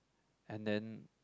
and then